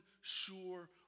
sure